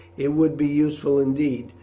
it would be useful indeed,